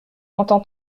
entends